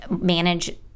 manage